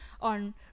on